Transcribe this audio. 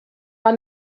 are